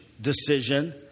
decision